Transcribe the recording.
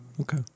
Okay